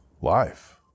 life